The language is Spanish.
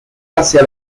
hacia